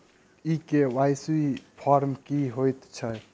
ई KYC form की हएत छै?